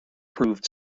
proved